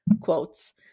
quotes